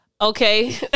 Okay